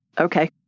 Okay